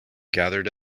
gathered